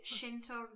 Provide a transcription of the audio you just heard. Shinto